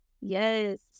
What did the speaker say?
yes